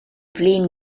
flin